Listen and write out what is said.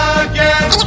again